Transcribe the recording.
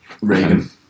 Reagan